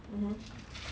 mmhmm